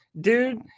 Dude